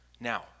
now